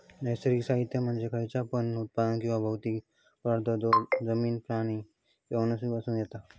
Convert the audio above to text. नैसर्गिक साहित्य म्हणजे खयचा पण उत्पादन किंवा भौतिक पदार्थ जो जमिन, प्राणी किंवा वनस्पती पासून येता